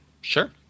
Sure